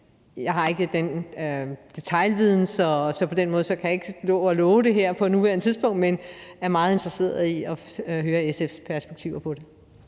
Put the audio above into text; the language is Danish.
Jeg har ikke den detailviden, så på den måde kan jeg ikke stå og love det her på nuværende tidspunkt, men jeg er meget interesseret i at høre SF's perspektiver på det.